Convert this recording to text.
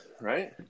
right